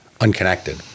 unconnected